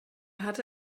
hatte